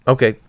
Okay